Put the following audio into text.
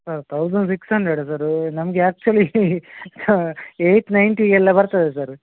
sir thousand six hundred sir ನಮಗೆ actually eight ninety ಎಲ್ಲ ಬರ್ತದೆ ಸರ್